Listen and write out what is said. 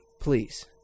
please